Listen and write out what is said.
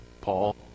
Paul